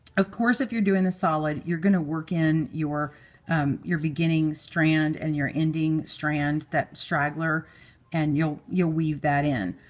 of course, if you're doing the solid, you're going to work in your um your beginning strand and your ending strand that straggler and you'll you'll weave that in.